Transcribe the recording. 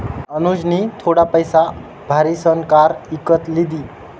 अनुजनी थोडा पैसा भारीसन कार इकत लिदी